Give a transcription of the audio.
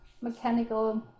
mechanical